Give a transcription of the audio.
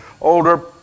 older